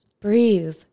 breathe